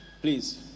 Please